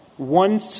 one